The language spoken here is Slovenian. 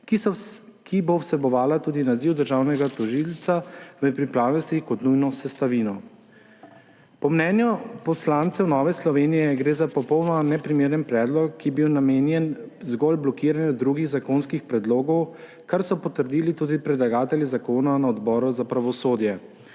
ki bo vsebovala tudi naziv državnega tožilca v pripravljenosti kot nujno sestavino. Po mnenju poslancev Nove Slovenije gre za popolnoma neprimeren predlog, ki je bil namenjen zgolj blokiranju drugih zakonskih predlogov, kar so potrdili tudi predlagatelji zakona na Odboru za pravosodje.